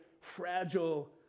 fragile